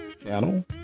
channel